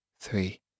three